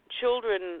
children